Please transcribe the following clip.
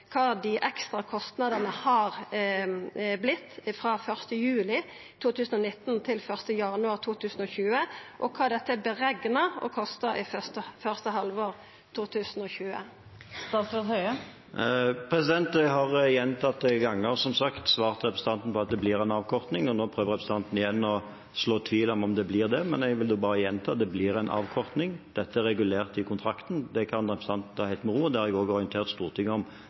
dei ekstra kostnadene har vorte frå 1. juli 2019 til 1. januar 2020, og kva dette er berekna å kosta første halvår 2020. Jeg har gjentatte ganger, som sagt, svart representanten at det blir en avkorting. Nå prøver representanten igjen å så tvil om det blir det, men jeg vil bare gjenta: Det blir en avkorting. Dette er regulert i kontrakten, så representanten kan ta det helt med ro, og det har jeg også orientert Stortinget om